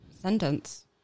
sentence